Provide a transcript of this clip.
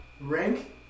rank